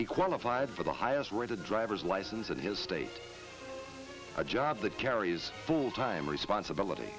he qualified for the highest rated driver's license in his state a job that carries a full time responsibility